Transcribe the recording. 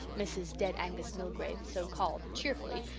mrs. dead angus milgrave, so called, cheerfully,